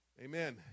Amen